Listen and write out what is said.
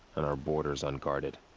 and our borders unguarded